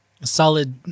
solid